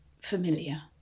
familiar